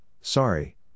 sorry